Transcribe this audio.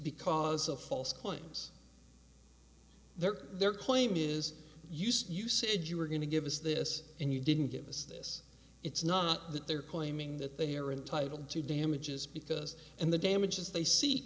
because of false claims there their claim is used you said you were going to give us this and you didn't give us this it's not that they're claiming that they are entitled to damages because and the damages they see